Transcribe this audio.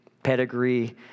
pedigree